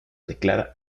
declara